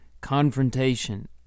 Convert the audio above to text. confrontation